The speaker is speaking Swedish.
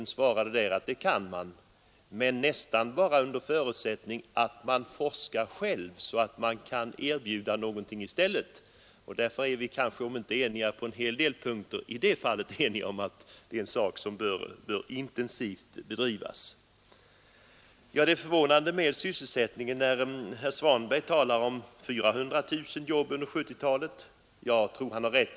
Då svarade chefen att det kan man, men det är nästan bara under förutsättning att man forskar själv, så att man kan erbjuda någonting i stället. Herr Svanberg och jag är på en hel del punkter inte eniga, men i detta fallet är vi helt på samma linje och menar att en intensiv forskning bör bedrivas här i landet. Herr Svanberg talade också om nödvändigheten av att skapa 400 000 nya jobb under 1970-talet. Där tror jag att han har rätt.